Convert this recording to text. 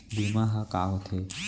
बीमा ह का होथे?